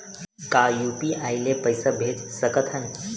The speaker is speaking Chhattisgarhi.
का यू.पी.आई ले पईसा भेज सकत हन?